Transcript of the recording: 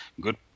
good